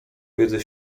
wiedzy